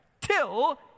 till